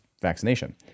vaccination